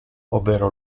ovvero